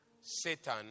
Satan